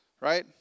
right